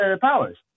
powers